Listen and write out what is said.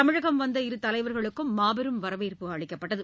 தமிழகம் வந்த இரு தலைவர்களுக்கும் மாபெரும் வரவேற்பு அளிக்கப்பட்டது